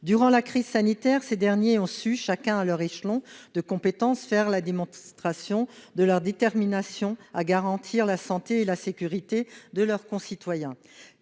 Durant la crise sanitaire, ces derniers ont su, chacun à son échelon de compétence, faire la démonstration de leur détermination à garantir la santé et la sécurité de leurs concitoyens.